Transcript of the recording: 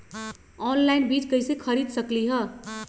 Online बीज कईसे खरीद सकली ह?